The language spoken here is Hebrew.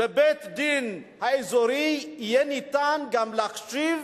בבית-הדין האזורי יהיה אפשר גם להקשיב